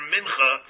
Mincha